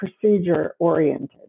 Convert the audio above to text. procedure-oriented